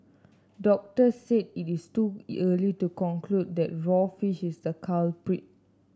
doctors said it is too early to conclude that raw fish is the culprit